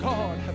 God